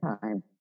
time